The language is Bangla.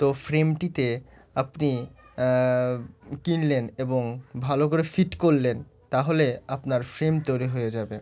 তো ফ্রেমটিতে আপনি কিনলেন এবং ভালো করে ফিট করলেন তাহলে আপনার ফ্রেম তৈরি হয়ে যাবে